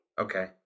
Okay